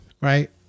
Right